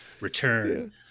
return